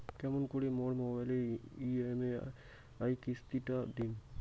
কেমন করি মোর মোবাইলের ই.এম.আই কিস্তি টা দিম?